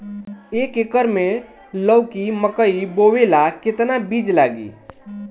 एक एकर मे लौका मकई बोवे ला कितना बिज लागी?